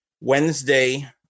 Wednesday